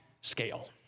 scale